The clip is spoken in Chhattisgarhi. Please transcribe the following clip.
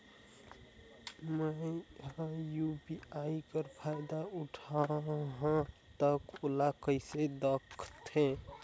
मैं ह यू.पी.आई कर फायदा उठाहा ता ओला कइसे दखथे?